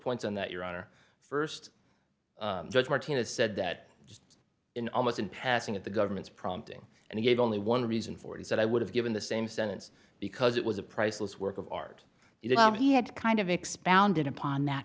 points on that your honor st judge martinez said that just in almost in passing at the government's prompting and gave only one reason for it is that i would have given the same sentence because it was a priceless work of art if he had kind of expounded upon that